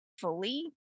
fully